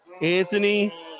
Anthony